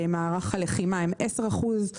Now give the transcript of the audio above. במערך הלחימה הן מהוות 10 אחוזים,